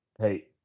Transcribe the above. hey